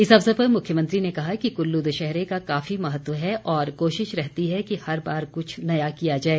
इस अवसर पर मुख्यमंत्री ने कहा कि कुल्लू दशहरे का काफी महत्व है और कोशिश रहती है कि हर बार कुछ नया किया जाए